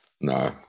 No